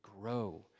grow